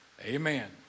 amen